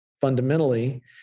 fundamentally